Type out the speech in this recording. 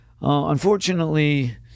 unfortunately